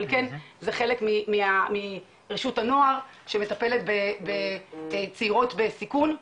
אבל זה חלק מרשות הנוער שמטפלת בצעירות בסיכון.